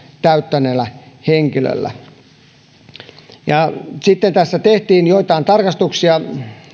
täyttäneellä henkilöllä sitten tässä tehtiin joitain tarkastuksia